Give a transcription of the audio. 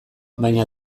baina